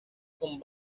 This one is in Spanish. con